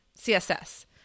CSS